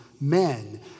men